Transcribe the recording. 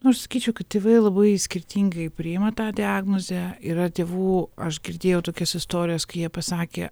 aš sakyčiau kad tėvai labai skirtingai priima tą diagnozę yra tėvų aš girdėjau tokias istorijas kai jie pasakė